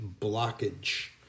blockage